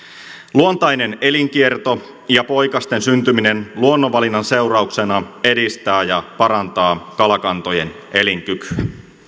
luontainen elinkierto ja poikasten syntyminen luonnonvalinnan seurauksena edistää ja parantaa kalakantojen elinkykyä